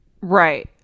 Right